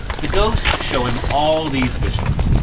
the ghosts show him all these visions,